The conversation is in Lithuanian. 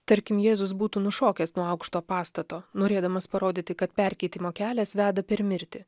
tarkim jėzus būtų nušokęs nuo aukšto pastato norėdamas parodyti kad perkeitimo kelias veda per mirtį